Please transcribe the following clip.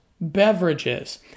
beverages